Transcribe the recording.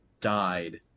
died